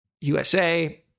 USA